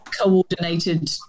coordinated